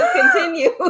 continue